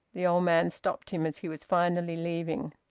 the old man stopped him, as he was finally leaving.